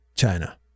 China